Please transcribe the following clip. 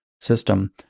system